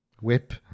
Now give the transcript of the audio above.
Whip